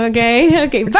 okay! okay, bye!